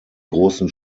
großen